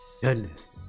goodness